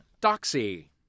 Doxy